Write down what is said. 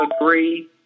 agree